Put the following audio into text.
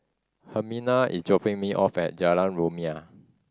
Hermina is dropping me off at Jalan Rumia